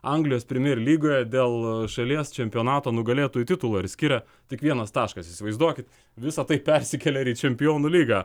anglijos primier lygoje dėl šalies čempionato nugalėtojų titulo ir skiria tik vienas taškas įsivaizduokit visa tai persikelia ir į čempionų lygą